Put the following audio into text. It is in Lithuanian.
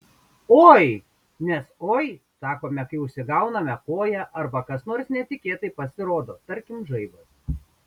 oi nes oi sakome kai užsigauname koją arba kas nors netikėtai pasirodo tarkim žaibas